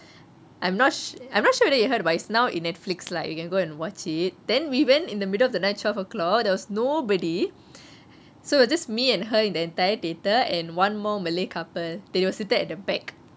I'm not I'm not sure whether you heard about it now in Netflix lah you can go and watch it then we went in the middle of the night twelve o'clock there was nobody so it's just me and her in the entire theatre and one more malay couple they were seated at the back